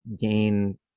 gain